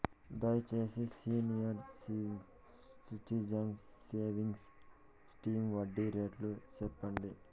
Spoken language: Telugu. దయచేసి సీనియర్ సిటిజన్స్ సేవింగ్స్ స్కీమ్ వడ్డీ రేటు సెప్పండి